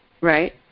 right